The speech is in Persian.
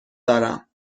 دارم